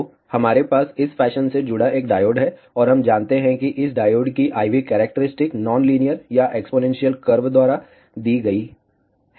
तो हमारे पास इस फैशन से जुड़ा एक डायोड है और हम जानते हैं कि इस डायोड की IV कैरेक्टरिस्टिक नॉन लीनियर या एक्स्पोनेंशियल कर्व द्वारा दी गई है